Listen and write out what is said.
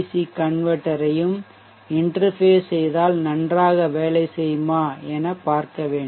C கன்வெர்ட்டர்மாற்றி ஐயும் interface செய்தால் நன்றாக வேலை செய்யுமா என பார்க்க வேண்டும்